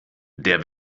der